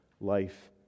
life